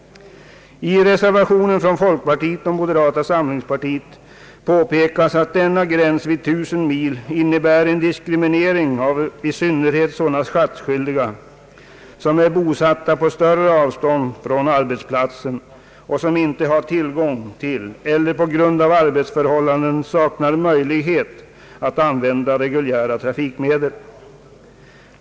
I reservationen från folkpartiet och moderata samlingspartiet påpekas att denna gräns vid 1000 mil innebär en diskriminering av i synnerhet sådana skattskyldiga som är bosatta på större avstånd från arbetsplatsen och som inte har tillgång till eller på grund av arbetsförhållanden saknar möjlighet att använda reguljära trafikmedel.